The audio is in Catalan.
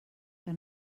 que